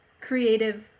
creative